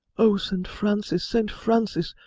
oh! st. francis! st. francis!